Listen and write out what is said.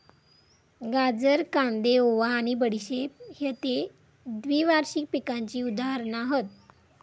गाजर, कांदे, ओवा आणि बडीशेप हयते द्विवार्षिक पिकांची उदाहरणा हत